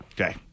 Okay